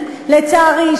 לצערי,